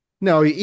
No